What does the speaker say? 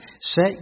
Set